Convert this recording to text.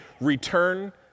return